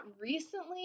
recently